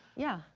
yeah.